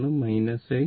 ഇതാണ് I